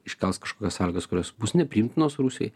iškels kažkokias sąlygas kurios bus nepriimtinos rusijai